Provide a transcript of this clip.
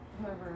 whoever